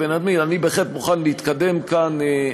אני בהחלט מוכן להתקדם כאן.